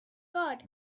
god